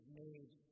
made